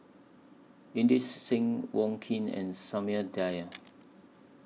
Inderjit Singh Wong Keen and Samuel Dyer